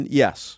yes